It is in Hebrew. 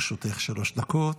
לרשותך שלוש דקות.